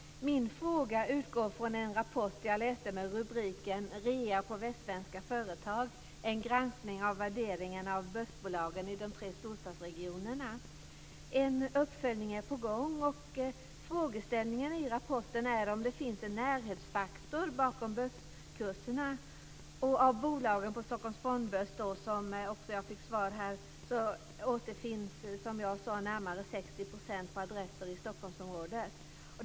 Min fråga utgår från en rapport jag läste med rubriken Rea på västsvenska företag - En granskning av värderingen av börsbolagen i de tre storstadsregionerna. En uppföljning är på gång. Frågeställningen i rapporten är om det finns en närhetsfaktor bakom börskurserna. Av bolagen på Stockholms fondbörs återfinns närmare 60 % på adresser i Stockholmsområdet.